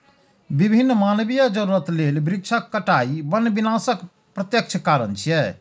विभिन्न मानवीय जरूरत लेल वृक्षक कटाइ वन विनाशक प्रत्यक्ष कारण छियै